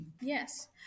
Yes